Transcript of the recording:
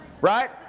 Right